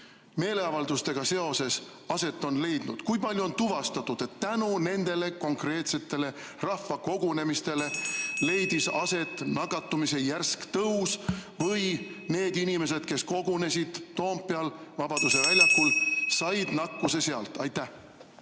meeleavaldustega seoses aset on leidnud. Kui palju on tuvastatud, et tänu nendele konkreetsetele rahvakogunemistele leidis aset nakatumise järsk tõus või kui paljud nendest inimestest, kes kogunesid Toompeal Vabaduse väljakul, said nakkuse sealt? Aitäh,